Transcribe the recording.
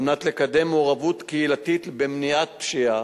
על מנת לקדם מעורבות קהילתית במניעת פשיעה,